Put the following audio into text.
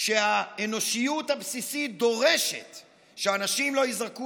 שהאנושיות הבסיסית דורשת שאנשים לא ייזרקו